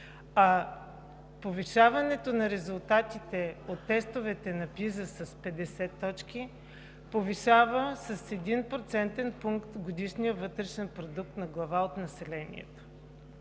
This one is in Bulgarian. а повишаването на резултатите от тестовете на PISA с 50 точки, повишава с един процентен пункт годишния вътрешен продукт на глава от населението.